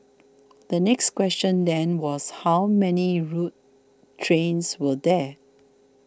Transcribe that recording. the next question then was how many rogue trains were there